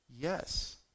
Yes